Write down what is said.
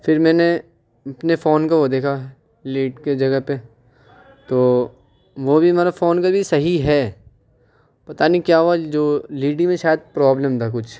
پھر میں نے اپنے فون کا وہ دیکھا لیڈ کی جگہ پہ تو وہ بھی میرے فون کا بھی صحیح ہے پتہ نہیں کیا ہوا جو لیڈ ہی میں شاید پرابلم تھا کچھ